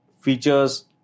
features